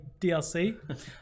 DLC